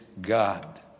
God